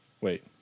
Wait